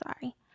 sorry